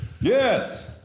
Yes